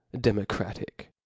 democratic